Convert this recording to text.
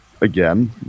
again